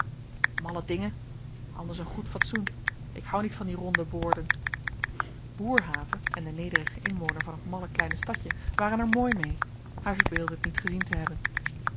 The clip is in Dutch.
malle dingen anders een goed fatsoen ik hou niet van die ronde boorden boerhave en de nederige inwoner van het malle kleine stadje waren er mooi mee hij verbeeldde t niet gezien te hebben